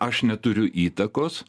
aš neturiu įtakos